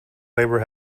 labor